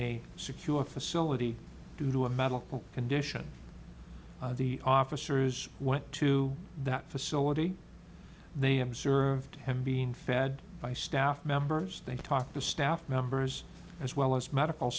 a secure facility due to a medical condition the officers went to that facility they observed him being fed by staff members they talked to staff members as well as medical